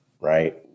right